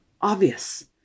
obvious